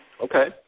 Okay